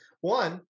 one